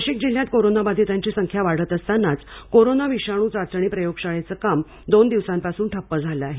नाशिक जिल्ह्यात कोरोनाबाधीतांची संख्या वाढत असतानाच कोरोना विषाणू चाचणी प्रयोगशाळेचं काम दोन दिवसांपासून ठप्प झालं आहे